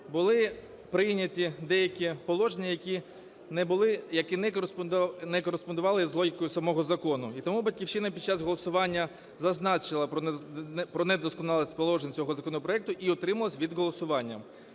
були прийняті деякі положення, які не були, які не кореспондувалися з логікою самого закону. І тому "Батьківщина" під час голосування зазначила про недосконалість положень цього законопроекту і утрималась від голосування.